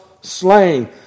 slain